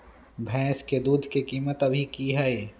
भैंस के दूध के कीमत अभी की हई?